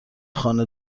خانه